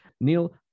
Neil